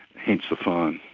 hence the fine.